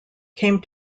came